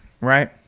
Right